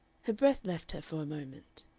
her breath left her for a moment.